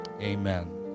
Amen